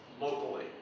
locally